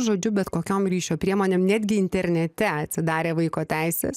žodžiu bet kokiom ryšio priemonėm netgi internete atsidarę vaiko teises